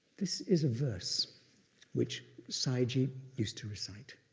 this is a verse which sayagyi used to recite.